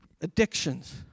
Addictions